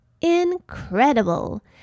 Incredible